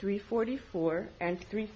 three forty four and three